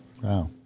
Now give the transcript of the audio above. Wow